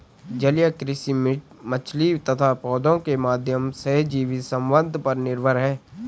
जलीय कृषि मछली तथा पौधों के माध्यम सहजीवी संबंध पर निर्भर है